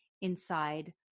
inside